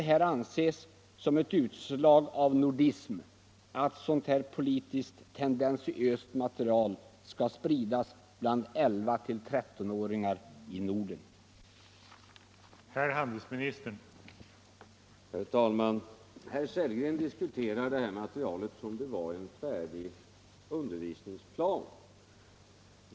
Kan det anses som ett utslag av nordism att politiskt så tendentiöst material sprids bland 11—13 åringar i Norden?